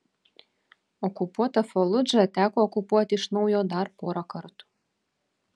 okupuotą faludžą teko okupuoti iš naujo dar porą kartų